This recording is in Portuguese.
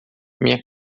minha